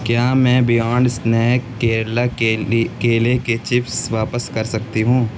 کیا میں Beyond Snack Kerala کیلے کے چپس واپس کر سکتی ہوں